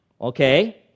Okay